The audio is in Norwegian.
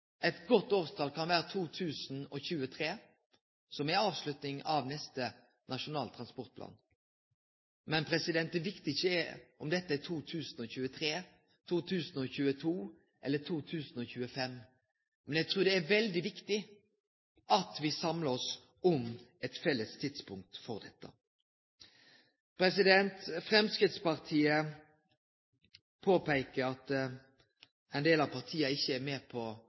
eit godt årstal kan vere 2023, som er avslutning av neste Nasjonal transportplan. Det viktigaste er ikkje om dette er 2023, 2022 eller 2025, men eg trur det er veldig viktig at me samlar oss om eit felles tidspunkt for dette. Framstegspartiet påpeiker at ein del av partia ikkje er med på